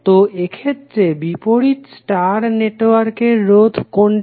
তো এক্ষেত্রে বিপরীত স্টার নেটওয়ার্কের রোধ কোনটা